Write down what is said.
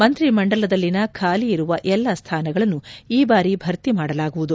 ಮಂತ್ರಿಮಂಡಲದಲ್ಲಿನ ಬಾಲಿ ಇರುವ ಎಲ್ಲಾ ಸ್ನಾನಗಳನ್ನು ಈ ಬಾರಿ ಭರ್ತಿ ಮಾಡಲಾಗುವುದು